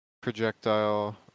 projectile